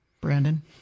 Brandon